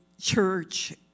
church